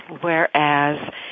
whereas